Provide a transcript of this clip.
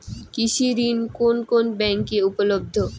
কৃষি ঋণ কোন কোন ব্যাংকে উপলব্ধ?